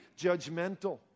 judgmental